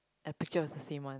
the picture was the same one